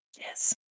Yes